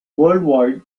worldwide